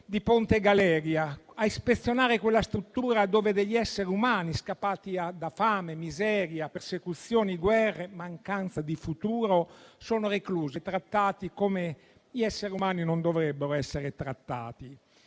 di Ponte Galeria, a ispezionare quella struttura dove degli esseri umani, scappati da fame, miseria, persecuzioni, guerre e mancanza di futuro sono reclusi e trattati come gli esseri umani non dovrebbero mai essere.